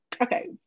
okay